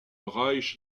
reich